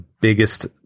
biggest